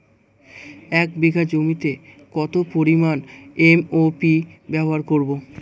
এক বিঘা জমিতে কত পরিমান এম.ও.পি ব্যবহার করব?